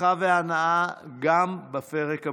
הצלחה והנאה גם בפרק הבא,